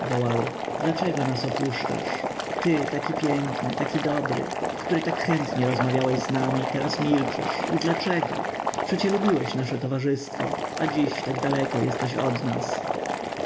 wołały dlaczego nas opuszczasz ty taki piękny taki dobry który tak chętnie rozmawiałeś z nami teraz milczysz i dlaczego przecie lubiłeś nasze towarzystwo a dziś tak daleko jesteś od nas